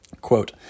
Quote